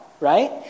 right